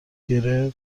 گـره